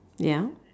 ya